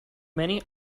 many